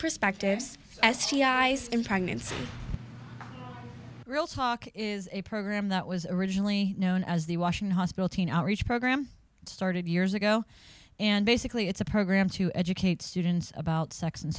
perspectives as she dies in pregnancy real talk is a program that was originally known as the washing hospital teen outreach program started years ago and basically it's a program to educate students about sex and